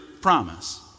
promise